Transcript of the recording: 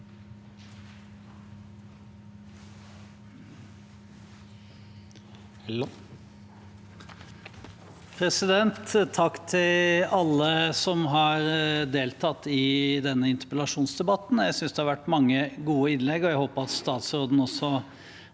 Takk til alle som har deltatt i denne interpellasjonsdebatten. Jeg synes det har vært mange gode innlegg, og jeg håper at statsråden også